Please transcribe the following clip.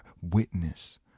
witness